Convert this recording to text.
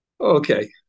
Okay